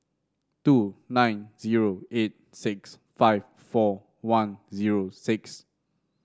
two nine zero eight six five four one zero six